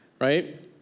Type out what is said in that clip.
right